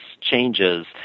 changes